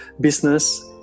business